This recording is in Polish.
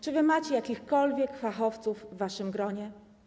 Czy wy macie jakichkolwiek fachowców w waszym gronie?